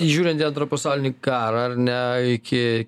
žiūrint į antrą pasaulinį karą ar ne iki